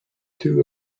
two